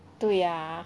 对啊